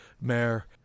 Mayor